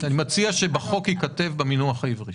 אני מציע שבחוק ייכתב המינוח העברי.